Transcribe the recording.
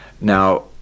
Now